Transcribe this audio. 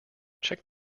check